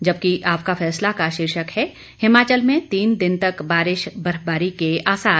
जबकि आपका फैसला का शीर्षक है हिमाचल में तीन दिन तक बारिश बर्फबारी के आसार